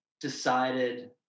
decided